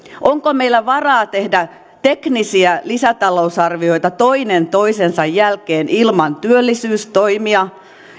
onko meillä varaa tehdä teknisiä lisätalousarvioita toinen toisensa jälkeen ilman työllisyystoimia